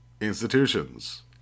Institutions